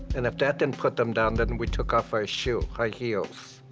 and if that didn't put them down, then we took off our shoe-high heels.